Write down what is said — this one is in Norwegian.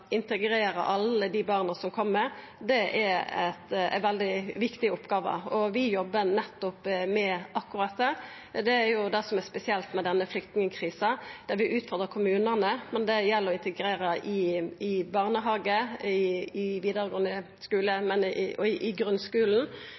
integrera alle dei barna som kjem: Det er ei veldig viktig oppgåve. Vi jobbar nettopp med akkurat det. Det er det som er spesielt med denne flyktningkrisa, og eg vil utfordra kommunane når det gjeld å integrera i barnehage, i vidaregåande skule og i